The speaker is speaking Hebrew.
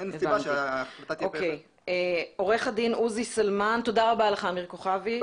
תודה רבה לך אמיר כוכבי.